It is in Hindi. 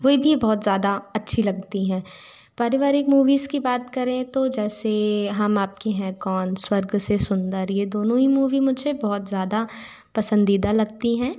वे भी बहुत ज़्यादा अच्छी लगती हैं पारिवारीक मुवीज़ की बात करें तो जैसे हम आपके हैं कौन स्वर्ग से सुंदर ये दोनों ही मुवी मुझे बहुत ज़्यादा पसंदीदा लगती हैं